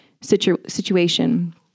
situation